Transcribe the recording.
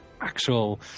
actual